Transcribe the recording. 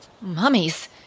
Mummies